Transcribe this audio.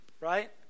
right